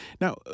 Now